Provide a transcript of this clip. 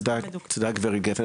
תודה, תודה גברת גפן.